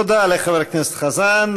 תודה, חבר הכנסת חזן.